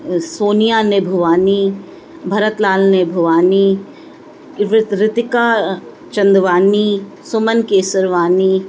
Sonia Nibhwani Bharatlal Nibhwani Reet Ritika Chandwani Suman Kesarwani